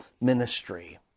ministry